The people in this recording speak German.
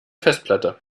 festplatte